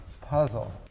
puzzle